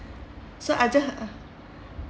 so I just uh